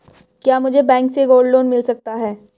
क्या मुझे बैंक से गोल्ड लोंन मिल सकता है?